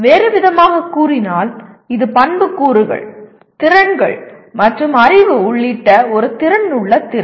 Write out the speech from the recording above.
வேறுவிதமாகக் கூறினால் இது பண்புக்கூறுகள் திறன்கள் மற்றும் அறிவு உள்ளிட்ட ஒரு திறனுள்ள திறன்